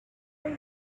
you